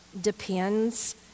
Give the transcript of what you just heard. depends